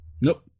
nope